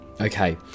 Okay